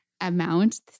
amount